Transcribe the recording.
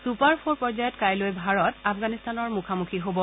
super four পৰ্যায়ত কাইলৈ ভাৰতে আফগানিস্তানৰ মুখামুখি হ'ব